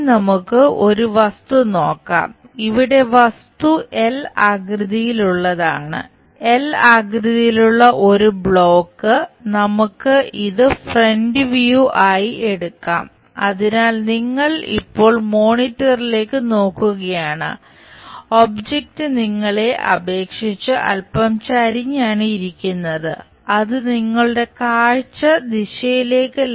ഇനി നമുക്ക് ഒരു വസ്തു ദിശയിലേക്ക്